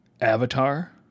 Avatar